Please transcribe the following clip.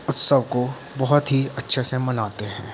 उत्सव को बहुत ही अच्छे से मनाते हैं